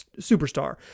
superstar